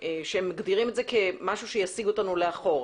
שמגדירים את זה כמשהו שיסיג אותנו לאחור.